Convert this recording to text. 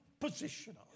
positional